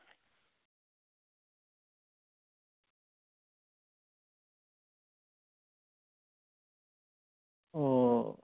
ᱚ